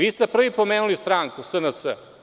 Vi ste prvi pomenuli stranku, SNS.